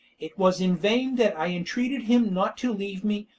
it was in vain that i entreated him not to leave me,